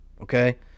okay